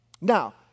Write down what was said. Now